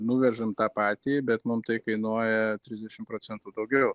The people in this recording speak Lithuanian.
nuvežam tą patį bet mum tai kainuoja trisdešim procentų daugiau